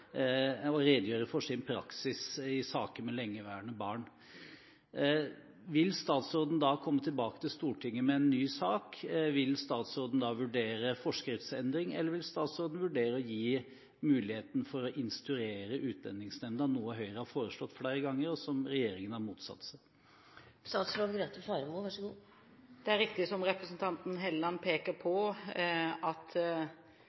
for sin praksis i saker med lengeværende barn». Vil statsråden da komme tilbake til Stortinget med en ny sak? Vil statsråden da vurdere forskriftsendring, eller vil statsråden vurdere å gi muligheten for å instruere Utlendingsnemnda, noe Høyre har foreslått flere ganger, og som regjeringen har motsatt seg? Det er riktig som representanten Helleland peker på, at